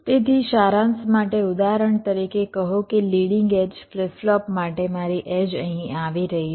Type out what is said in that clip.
તેથી સારાંશ માટે ઉદાહરણ તરીકે કહો કે લિડિંગ એડ્જ ફ્લિપ ફ્લોપ માટે મારી એડ્જ અહીં આવી રહી છે